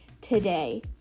today